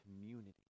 community